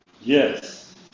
Yes